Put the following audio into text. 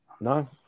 no